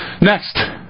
next